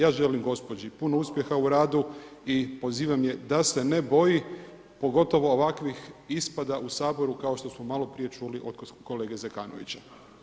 Ja želim gospođi puno uspjeha u radu i pozivam je da se ne boji, pogotovo ovakvih ispada u Saboru kao što smo malo prije čuli od kolege Zekanovića.